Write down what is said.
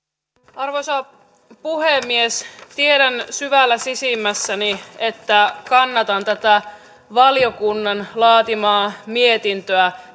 arvoisa puhemies tiedän syvällä sisimmässäni että kannatan tätä valiokunnan laatimaa mietintöä